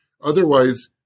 otherwise